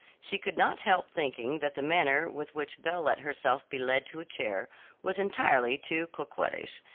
she could not help thinking that the manner with which belle let herself be led to a chair was entirely too coquettish,